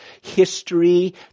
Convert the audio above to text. history